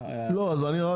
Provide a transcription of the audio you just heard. צריך- -- לא, אז אני,